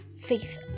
faith